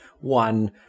one